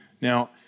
Now